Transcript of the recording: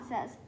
says